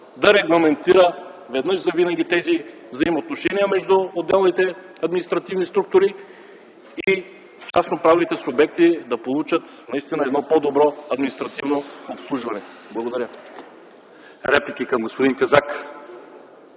да регламентира веднъж завинаги тези взаимоотношения между отделните административни структури и частно-правните субекти да получат наистина едно по-добро административно обслужване. Благодаря. ПРЕДСЕДАТЕЛ ЛЪЧЕЗАР